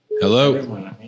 Hello